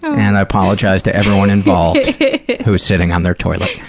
and i apologize to everyone involved who's sitting on their toilet.